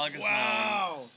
wow